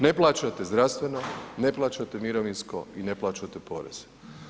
Ne plaćate zdravstveno, ne plaćate mirovinsko i ne plaćate poreze.